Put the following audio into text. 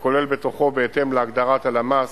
וכולל בתוכו, בהתאם להגדרת הלמ"ס,